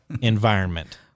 environment